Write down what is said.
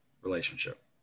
relationship